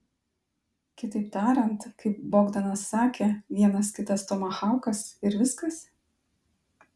kitaip tariant kaip bogdanas sakė vienas kitas tomahaukas ir viskas